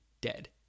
dead